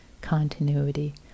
continuity